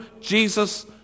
Jesus